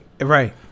Right